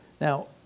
Now